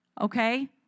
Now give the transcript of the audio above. Okay